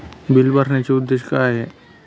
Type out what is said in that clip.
Bill भरण्याचे उद्देश काय?